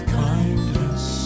kindness